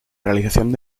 realización